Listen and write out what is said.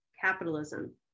capitalism